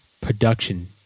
production